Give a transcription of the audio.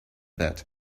that